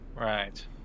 Right